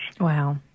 Wow